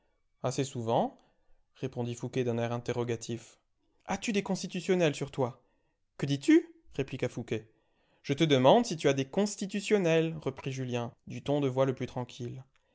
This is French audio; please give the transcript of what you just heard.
assez souvent répondit fouqué d'un air interrogatif as-tu des constitutionnels sur toi que dis-tu répliqua fouqué je te demande si tu as des constitutionnels reprit julien du ton de voix le plus tranquille